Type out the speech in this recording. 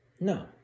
No